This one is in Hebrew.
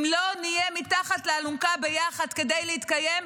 אם לא נהיה מתחת לאלונקה ביחד כדי להתקיים,